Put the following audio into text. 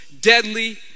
deadly